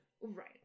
Right